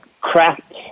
crap